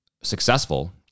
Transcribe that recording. successful